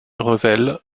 revel